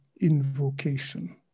invocation